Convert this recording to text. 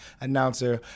announcer